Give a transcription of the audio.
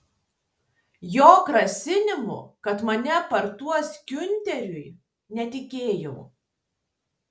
jo grasinimu kad mane parduos giunteriui netikėjau